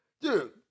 Dude